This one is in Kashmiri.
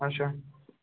اَچھا